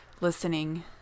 listening